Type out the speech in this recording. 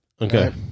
okay